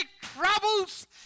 troubles